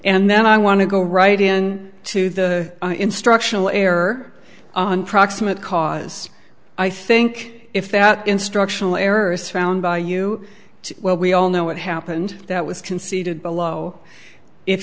and then i want to go right in to the instructional err on proximate cause i think if that instructional error is found by you to well we all know what happened that was conceded below if